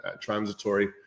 transitory